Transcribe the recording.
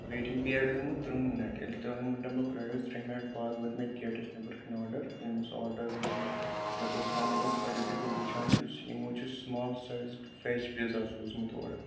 waiting period اوس ترٛہ minute ییٚلہِ ترٛہَن مِنٹَن بہٕ پرٛاڈیوٚس ترٛہ مِنَٹ بعد ووت مےٚ گیٹَس نیٚبرٕ کَنہِ آرڈَر ییٚلہِ مےٚ سُہ آرڈَر روٚٹ مےٚ کوٚر سُہ اَن بۅکُس تتہِ یِتھُے بہٕ وُچھان چھُس یِمو چھُ سُمال سایزٕڈ ویج پیٖزا سوٗزمُت اورٕ